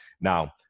Now